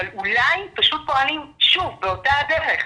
אבל אולי פשוט פועלים שוב באותה דרך.